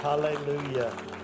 Hallelujah